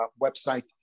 website